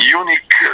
unique